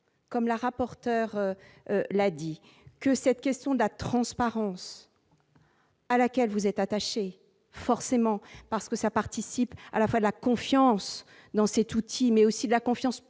comme la rapporteure l'dit que cette question de la transparence. à laquelle vous êtes attaché, forcément parce que ça participe à la fois de la confiance dans cet outil, mais aussi la confiance plus